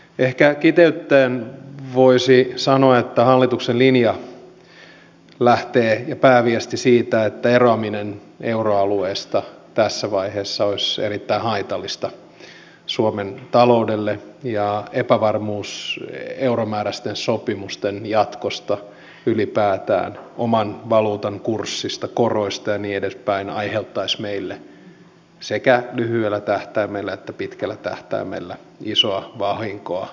ehkä kiteyttäen voisi sanoa että hallituksen linja ja pääviesti lähtee siitä että eroaminen euroalueesta tässä vaiheessa olisi erittäin haitallista suomen taloudelle ja epävarmuus euromääräisten sopimusten jatkosta ylipäätään oman valuutan kurssista koroista ja niin edespäin aiheuttaisi meille sekä lyhyellä tähtäimellä että pitkällä tähtäimellä isoa vahinkoa